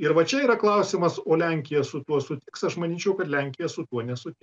ir va čia yra klausimas o lenkija su tuo sutiks aš manyčiau kad lenkija su tuo nesutiks